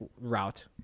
route